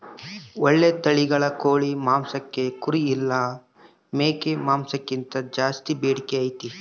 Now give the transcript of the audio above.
ಓಳ್ಳೆ ತಳಿಗಳ ಕೋಳಿ ಮಾಂಸಕ್ಕ ಕುರಿ ಇಲ್ಲ ಮೇಕೆ ಮಾಂಸಕ್ಕಿಂತ ಜಾಸ್ಸಿ ಬೇಡಿಕೆ ಐತೆ